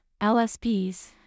LSPs